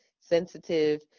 Sensitive